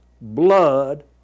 blood